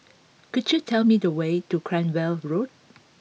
could you tell me the way to Cranwell Road